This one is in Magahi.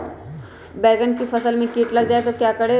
बैंगन की फसल में कीट लग जाए तो क्या करें?